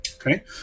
Okay